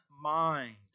mind